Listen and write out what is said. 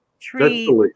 tree